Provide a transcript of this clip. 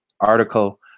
article